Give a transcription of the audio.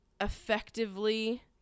effectively